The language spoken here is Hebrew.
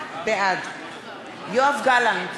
בעד יואב גלנט,